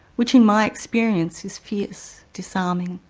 which in my experience is fierce, disarming,